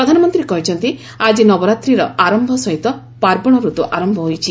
ପ୍ରଧାନମନ୍ତ୍ରୀ କହିଛନ୍ତି ଆଜି ନବରାତ୍ରିର ଆରମ୍ଭ ସହିତ ପାର୍ବଣରତୁ ଆରମ୍ଭ ହୋଇଛି